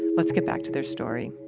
let's get back to their story.